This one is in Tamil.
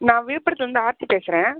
நான் விழுப்புரத்துலேருந்து ஆர்த்தி பேசுகிறேன்